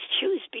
choose